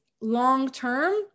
long-term